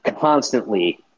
constantly